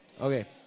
Okay